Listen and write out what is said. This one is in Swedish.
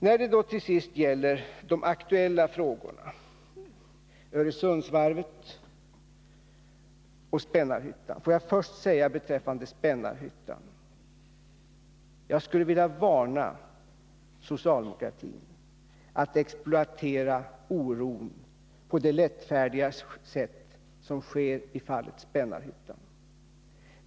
När det då till sist gäller de aktuella frågorna, Öresundsvarvet och Spännarhyttan, vill jag först beträffande Spännarhyttan säga följande. Jag skulle vilja varna socialdemokratin för att exploatera oron på det lättfärdiga sätt som sker i fallet Spännarhyttan.